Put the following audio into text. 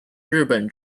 日本